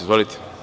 Izvolite.